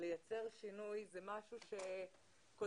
לייצר שינוי זה משהו שקולטים,